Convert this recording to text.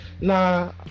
nah